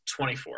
24